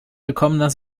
willkommener